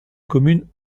commune